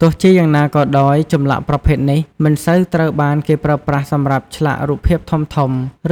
ទោះជាយ៉ាងណាក៏ដោយ ចម្លាក់ប្រភេទនេះមិនសូវត្រូវបានគេប្រើប្រាស់សម្រាប់ឆ្លាក់រូបភាពធំៗ